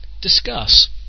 Discuss